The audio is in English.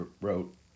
wrote